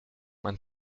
man